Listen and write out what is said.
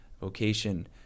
Vocation